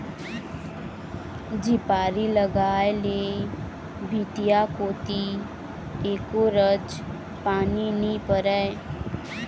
झिपारी लगाय ले भीतिया कोती एको रच पानी नी परय